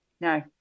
No